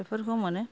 बेफोरखौ मोनो